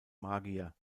magier